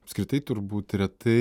apskritai turbūt retai